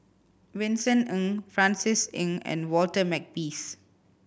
Vincent Ng Francis Ng and Walter Makepeace